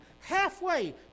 halfway